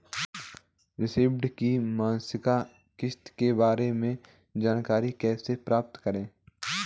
ऋण की मासिक किस्त के बारे में जानकारी कैसे प्राप्त करें?